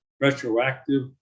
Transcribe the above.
retroactive